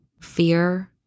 fear